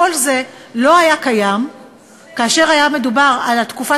כל זה לא היה קיים כאשר היה מדובר על התקופה